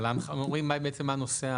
אומרים מה הנושא.